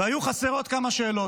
והיו חסרות כמה שאלות.